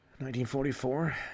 1944